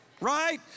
right